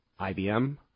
IBM